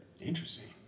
Interesting